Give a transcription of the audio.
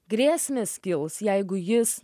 grėsmės kils jeigu jis